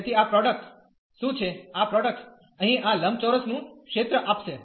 તેથી આ પ્રોડ્કટ શું છે આ પ્રોડ્કટ અહીં આ લંબચોરસનું ક્ષેત્ર આપશે